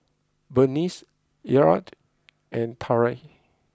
Berniece Elliott and Tyrell